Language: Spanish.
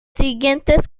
siguientes